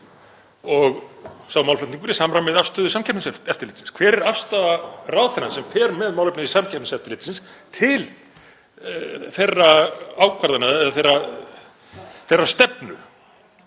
Sá málflutningur er í samræmi við afstöðu Samkeppniseftirlitsins. Hver er afstaða ráðherrans sem fer með málefni Samkeppniseftirlitsins til þeirra ákvarðana eða þeirrar stefnu?